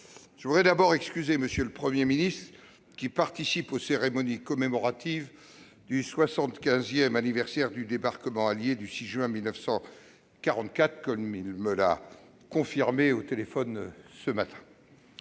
je voudrais excuser M. le Premier ministre, qui participe aux cérémonies commémoratives du soixante-quinzième anniversaire du débarquement allié du 6 juin 1944, comme il me l'a confirmé au téléphone ce matin.